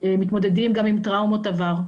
מתמודדים גם עם טראומות עבר.